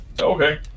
Okay